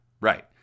Right